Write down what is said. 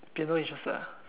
piano interested ah